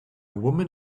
woman